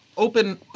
open